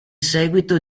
seguito